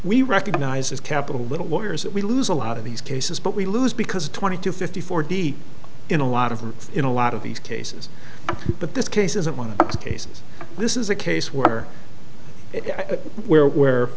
we recognize as capital little lawyers that we lose a lot of these cases but we lose because twenty to fifty four deep in a lot of them in a lot of these cases but this case isn't one this is a case where where where